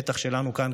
בטח שלנו כאן,